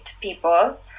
people